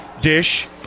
Dish